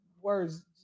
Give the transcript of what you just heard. words